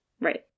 right